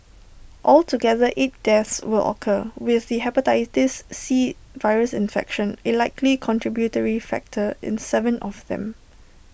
altogether eight deaths would occur with the Hepatitis C virus infection A likely contributory factor in Seven of them